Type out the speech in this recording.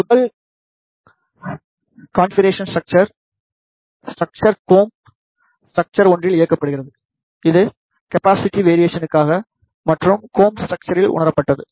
முதல் காண்பிக்கரேஷன் ஸ்ட்ரக்ச்சரில் structure comb structure ஒன்றில் இயக்கப்படுகிறது அது கெபாசிட்டிவ் வேரியேஷன்காக மற்ற கோம்ப் ஸ்ட்ரக்ச்சரில் உணரப்பட்டது